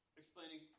explaining